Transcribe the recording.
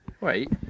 Wait